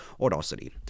Audacity